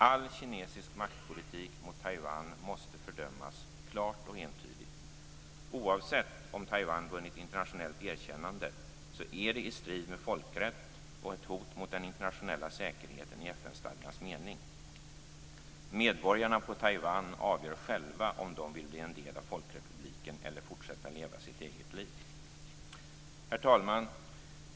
All kinesisk maktpolitik mot Taiwan måste fördömas klart och entydigt. Oavsett om Taiwan vunnit internationellt erkännande är det i strid med folkrätt och ett hot mot den internationella säkerheten i FN-stadgans mening. Medborgarna på Taiwan avgör själva om de vill bli en del av Folkrepubliken eller fortsätta leva sitt eget liv. Herr talman!